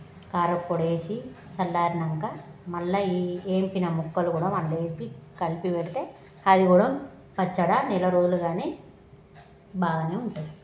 కారపు పొడి వేసి చల్లారాకా మళ్ళీ వేపిన ముక్కలు కూడా మళ్ళీ వేపి కలిపి పెడితే అది కూడా పచ్చడి నెల రోజులు కానీ బాగానే ఉంటుంది